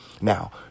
Now